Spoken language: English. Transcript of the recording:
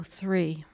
three